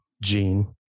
gene